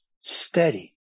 steady